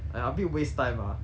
!aiya! a bit waste time ah